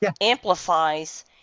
amplifies